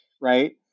Right